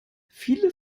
viele